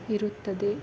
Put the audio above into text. ಇರುತ್ತದೆ